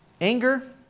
Anger